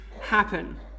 happen